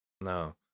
No